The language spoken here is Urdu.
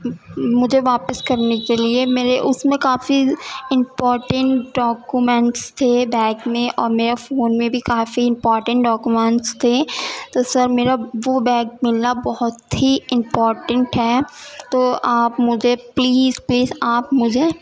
مجھے واپس کرنے کے لیے میرے اس میں کافی امپورٹینٹ ڈاکومینٹس تھے بیگ میں اور میرے فون میں بھی کافی امپورٹینٹ ڈاکومینٹس تھے تو سر میرا وہ بیگ ملنا بہت ہی امپورٹینٹ ہے تو آپ مجھے پلیز پلیز آپ مجھے